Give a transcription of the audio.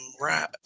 right